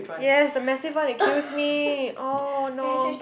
yes the massive one it kills me oh no